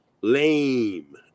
Lame